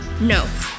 No